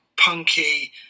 punky